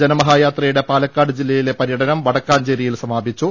ജനമഹായാത്രയുടെ പാലക്കാട് ജില്ലയിലെ പര്യടനം വടക്കാഞ്ചേരിയിൽ സമാപിച്ചു